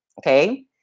okay